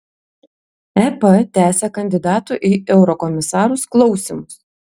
ep tęsia kandidatų į eurokomisarus klausymus